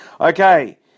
okay